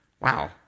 Wow